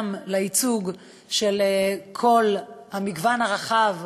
וגם לייצוג של כל המגוון הרחב,